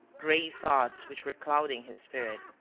grave thoughts which were clouding his spirit.